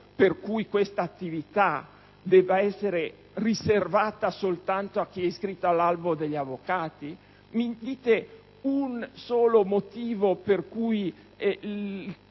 questa attività debba essere riservata soltanto a chi è iscritto all'albo degli avvocati? Mi dite un solo motivo per cui